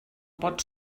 pot